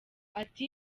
ati